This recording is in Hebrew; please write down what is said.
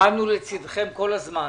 עמדנו לצדכם כל הזמן.